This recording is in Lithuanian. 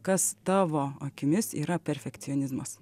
kas tavo akimis yra perfekcionizmas